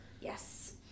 Yes